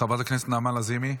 חברת הכנסת נעמה לזימי.